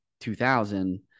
2000